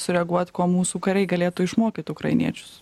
sureaguot ko mūsų kariai galėtų išmokyt ukrainiečius